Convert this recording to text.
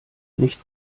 nicht